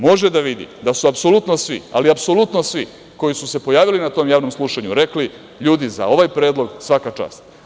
Može da vidi da su apsolutno svi, ali apsolutno svi koji su se pojavili na tom javnom slušanju rekli, ljudi za ovaj predlog, svaka čast.